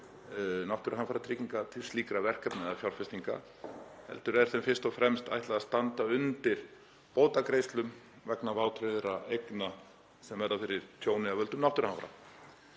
náttúruhamfaratryggingar til slíkra verkefna eða fjárfestinga, heldur er þeim fyrst og fremst ætlað að standa undir bótagreiðslum vegna vátryggðra eigna sem verða fyrir tjóni af völdum náttúruhamfara.